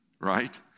right